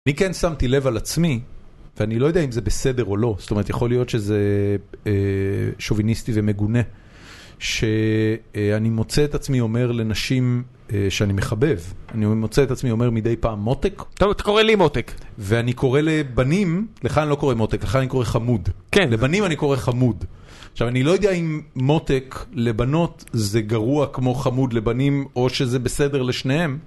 אני כן שמתי לב על עצמי, ואני לא יודע אם זה בסדר או לא. זאת אומרת, יכול להיות שזה שוביניסטי ומגונה, שאני מוצא את עצמי אומר לנשים שאני מחבב, אני מוצא את עצמי אומר מדי פעם, מותק? אתה קורא לי מותק. ואני קורא לבנים, לך אני לא קורא מותק, לך אני קורא חמוד. כן, לבנים אני קורא חמוד. עכשיו, אני לא יודע אם מותק לבנות זה גרוע כמו חמוד לבנים, או שזה בסדר לשניהם.